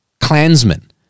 Klansmen